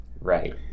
Right